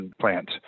plant